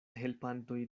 helpantoj